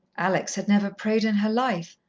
alex had never prayed in her life.